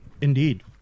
Indeed